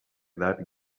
that